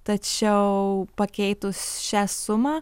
tačiau pakeitus šią sumą